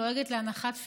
היא שאלה לְמה יש להשיב.